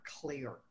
clear